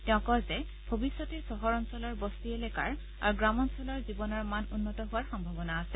তেওঁ কয় যে ভৱিষ্যতে চহৰ অঞ্চলৰ বস্তি এলেকাৰ আৰু গ্লামাঞলৰ জীৱনৰ মান উন্নত হোৱাৰ সম্ভাৱনা আছে